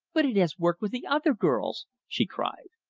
but it has worked with the other girls! she cried.